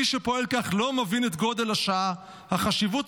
מי שפועל כך לא מבין את גודל השעה ואת החשיבות